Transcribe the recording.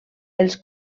els